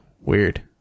Weird